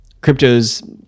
crypto's